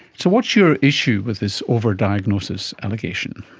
so what's your issue with this over-diagnosis allegation?